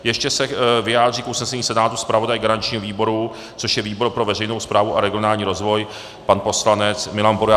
Ještě se vyjádří k usnesení Senátu zpravodaj garančního výboru, což je výbor pro veřejnou správu a regionální rozvoj, pan poslanec Milan Pour.